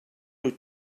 wyt